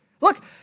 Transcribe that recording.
Look